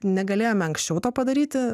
negalėjome anksčiau to padaryti